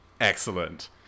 Excellent